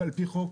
על-פי חוק,